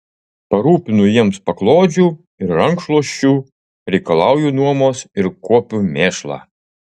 parūpinu jiems paklodžių ir rankšluosčių reikalauju nuomos ir kuopiu mėšlą